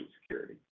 security